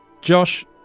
Josh